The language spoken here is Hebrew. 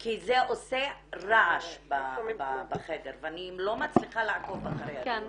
כי זה עושה רעש בחדר ואני לא מצליחה לעקוב אחרי הדיון.